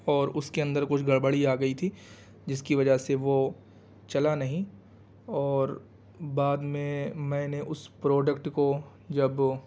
اور اس کے اندر کچھ گڑبڑی آ گئی تھی جس کی وجہ سے وہ چلا نہیں اور بعد میں میں نے اس پروڈکٹ کو جب